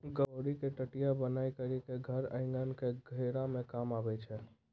गभोरी के टटया बनाय करी के धर एगन के घेरै मे काम करै छै